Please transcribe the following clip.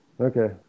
Okay